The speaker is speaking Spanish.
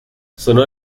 sonó